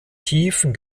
tiefen